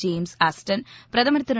James Austin பிரதமர் திரு